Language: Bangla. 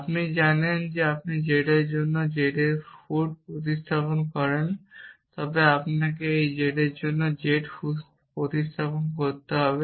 আপনি জানেন যদি আপনি z এর জন্য z এর ফুট প্রতিস্থাপন করেন তবে আপনাকে এই z এর জন্য z এর ফুট প্রতিস্থাপন করতে হবে